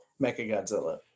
Mechagodzilla